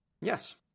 Yes